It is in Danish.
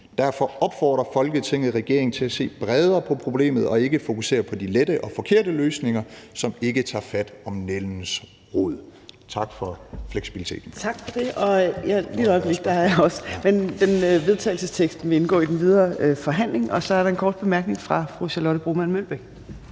Derfor opfordrer Folketinget regeringen til at se bredere på problemet og ikke fokusere på de lette, men forkerte, løsninger, som ikke tager fat om nældens rod.« (Forslag til vedtagelse nr. V 54). Kl. 11:32 Tredje næstformand (Trine Torp): Tak for det. Der forslag til vedtagelse vil indgå i den videre forhandling. Så er der en kort bemærkning fra fru Charlotte Broman Mølbæk.